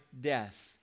death